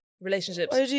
relationships